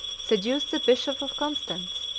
seduced the bishop of constance,